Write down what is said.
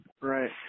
right